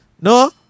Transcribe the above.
No